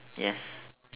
yes